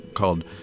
called